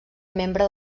membre